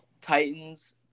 Titans